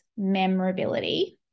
memorability